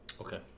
Okay